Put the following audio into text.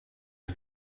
این